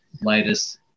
latest